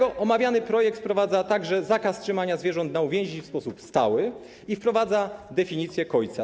Omawiany projekt wprowadza także zakaz trzymania zwierząt na uwięzi w sposób stały i definicję kojca.